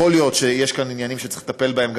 יכול להיות שיש כאן עניינים שצריכים לטפל בהם גם